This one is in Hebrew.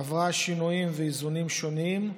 עברה שינויים ואיזונים שונים,